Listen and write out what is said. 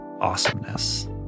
awesomeness